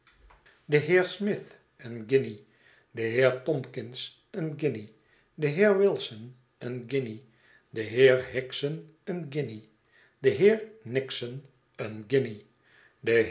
de heer smith een guinje de heer tompkins een guinje de heer wilson een guinje de heer hickson een guinje de heer